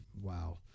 Wow